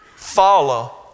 follow